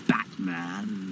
Batman